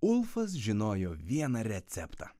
ulfas žinojo vieną receptą